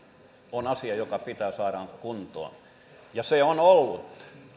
on asia joka pitää saada kuntoon ja se on ollut